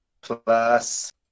plus